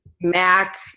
Mac